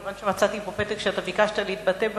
כיוון שמצאתי פה פתק שאתה רוצה להתבטא בנושא.